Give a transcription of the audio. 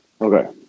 Okay